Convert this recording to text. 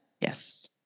Yes